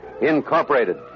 Incorporated